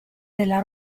della